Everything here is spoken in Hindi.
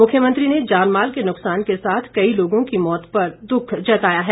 मुख्यमंत्री ने जानमाल के नुकसान के साथ कई लोगों की मौत पर दुख जताया है